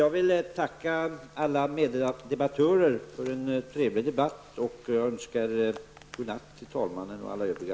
Jag vill tacka alla meddebattörer för en trevlig debatt och önskar god natt till talmannen och alla övriga.